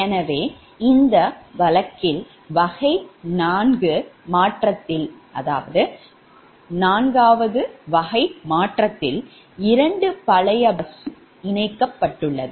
எனவே இந்த வழக்கில் வகை 4 மாற்றத்தில் 2 பழைய பஸ்வும் இணைக்கப்பட்டுள்ளது